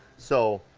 so,